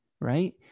right